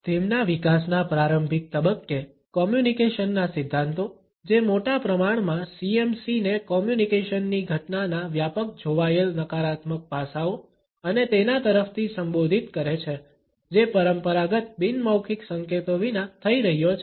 તેમના વિકાસના પ્રારંભિક તબક્કે કોમ્યુનિકેશનના સિદ્ધાંતો જે મોટા પ્રમાણમાં CMC ને કોમ્યુનિકેશનની ઘટનાના વ્યાપક જોવાયેલ નકારાત્મક પાસાઓ અને તેના તરફથી સંબોધિત કરે છે જે પરંપરાગત બિન મૌખિક સંકેતો વિના થઈ રહ્યો છે